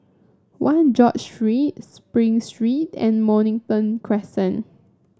One George Street Spring Street and Mornington Crescent